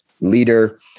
leader